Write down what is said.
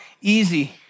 easy